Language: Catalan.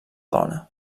dona